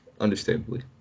understandably